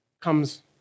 comes